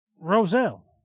Roselle